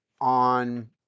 on